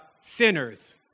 sinners